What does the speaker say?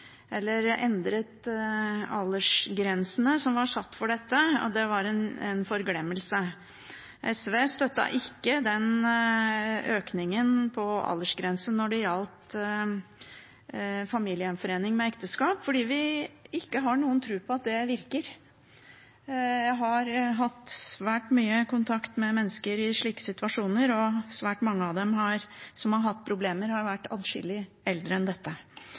eller endret aldersgrensene som var satt for dette, at det var en forglemmelse, støttet ikke SV den økningen av aldersgrense når det gjaldt familiegjenforening med ekteskap, fordi vi ikke har noen tro på at det virker. Jeg har hatt svært mye kontakt med mennesker i slike situasjoner, og svært mange av dem som har hatt problemer, har vært adskillig eldre enn dette,